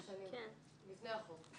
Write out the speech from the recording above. הטכניון נותן את זה עשר שנים, לפני החוק.